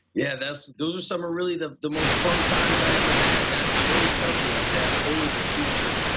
yeah, those those are so are really the the most fun times i ever had. i always tell people, i say i'm always a teacher.